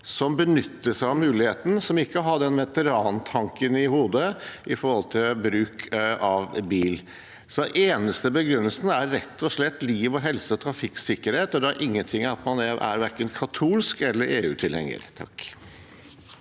som benytter seg av muligheten, og som ikke har den veterantanken i hodet når det gjelder bruk av bil. Så den eneste begrunnelsen er rett og slett liv og helse og trafikksikkerhet, og det har ingenting å gjøre med at man er katolsk eller EU-tilhenger.